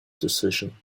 decision